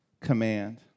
command